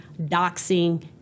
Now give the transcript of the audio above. doxing